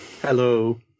Hello